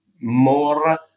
more